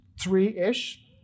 three-ish